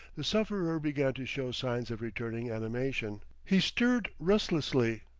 the sufferer began to show signs of returning animation. he stirred restlessly,